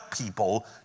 people